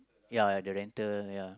ya the rental ya